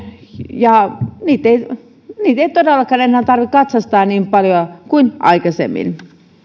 ja niitä ei todellakaan enää tarvitse katsastaa niin paljoa kuin aikaisemmin